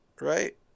right